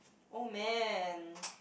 oh man